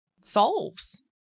solves